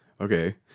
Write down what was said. Okay